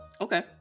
Okay